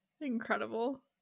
incredible